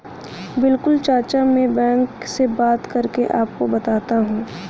बिल्कुल चाचा में बैंक से बात करके आपको बताता हूं